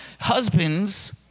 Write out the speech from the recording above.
husbands